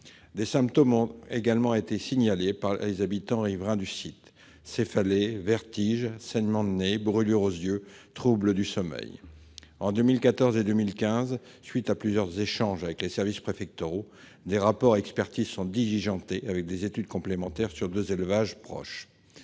Des symptômes ont également été signalés par les habitants riverains du site : céphalées, vertiges, saignements de nez, brûlures aux yeux, troubles du sommeil. En 2014 et 2015, à la suite de plusieurs échanges avec les services préfectoraux, des rapports et expertises sont diligentés, avec des études complémentaires sur deux élevages proches.